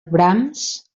brahms